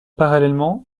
parallèlement